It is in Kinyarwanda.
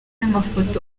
amafoto